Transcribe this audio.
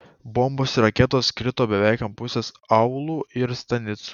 bombos ir raketos krito beveik ant pusės aūlų ir stanicų